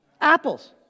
Apples